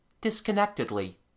disconnectedly